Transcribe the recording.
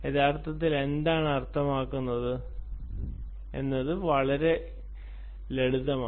യഥാർത്ഥത്തിൽ എന്താണ് അർത്ഥമാക്കുന്നത് എന്നത് വളരെ ലളിതമാണ്